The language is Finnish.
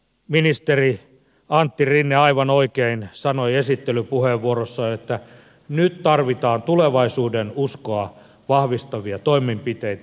ministeri antti rinne aivan oikein sanoi esittelypuheenvuorossaan että nyt tarvitaan tulevaisuudenuskoa vahvistavia toimenpiteitä